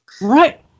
Right